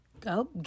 go